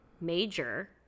major